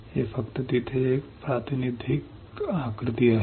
हे फक्त तिथे एक प्रातिनिधिक आकृती आहे